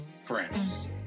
friends